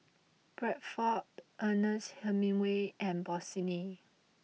Bradford Ernest Hemingway and Bossini